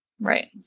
Right